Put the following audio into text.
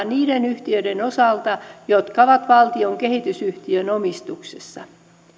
niiden yhtiöiden osalta jotka ovat valtion kehitysyhtiön omistuksessa